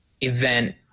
event